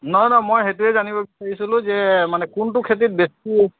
নহয় নহয় মই সেইটোৱে জানিব বিচাৰিছিলোঁ যে মানে কোনটো খেতিত বেছি